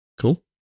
Cool